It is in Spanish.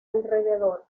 alrededor